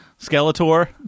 Skeletor